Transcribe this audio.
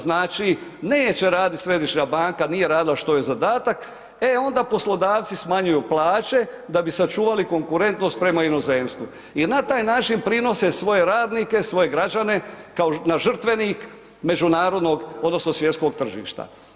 Znači, neće raditi središnja banka, nije radila što joj je zadatak, e onda poslodavci smanjuju plaće da bi sačuvali konkurentnost prema inozemstvu i na taj način prinose svoje radnike, svoje građane kao na žrtvenik međunarodnog odnosno svjetskog tržišta.